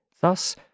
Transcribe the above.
Thus